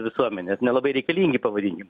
visuomenė nelabai reikalingi pavadinkim